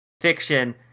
fiction